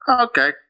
Okay